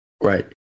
Right